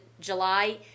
july